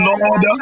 Lord